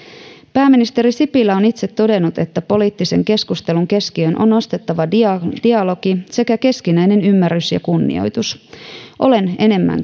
pääministeri sipilä on itse todennut että poliittisen keskustelun keskiöön on nostettava dialogi dialogi sekä keskinäinen ymmärrys ja kunnioitus olen enemmän